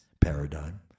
paradigm